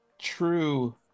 true